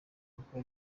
kuko